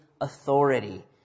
authority